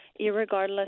irregardless